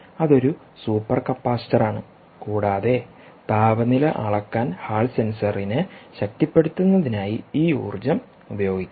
ഇത് ഒരു സൂപ്പർ കപ്പാസിറ്ററാണ് കൂടാതെ താപനില അളക്കാൻ ഹാൾ സെൻസറിനെ ശക്തിപ്പെടുത്തുന്നതിനായി ഈ ഊർജ്ജം ഉപയോഗിക്കാം